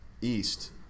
east